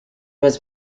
was